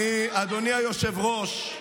אדוני היושב-ראש,